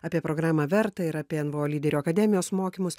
apie programą verta ir apie nvo lyderių akademijos mokymus